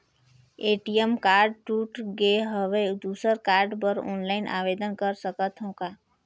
ATM card टूट गे हववं दुसर कारड बर ऑनलाइन आवेदन कर सकथव का?